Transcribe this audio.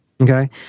Okay